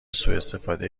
سواستفاده